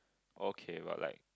okay but like